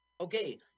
Okay